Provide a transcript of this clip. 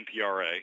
MPRA